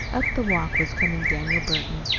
up the walk was coming daniel burton.